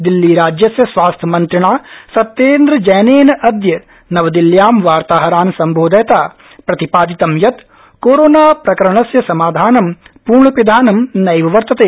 दिल्ली राज्यस्य स्वास्थमन्त्रिणा सत्येन्द्र जैनेन अद्य नवदिल्यां वार्ताहरान् सम्बोधयता प्रतिपादितं यत् कोरोनाप्रकरणस्य समाधानं पूर्णपिधानं नैव वर्तते